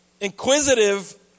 inquisitive